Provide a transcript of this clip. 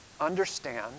understand